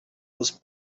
was